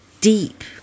deep